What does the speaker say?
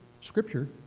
scripture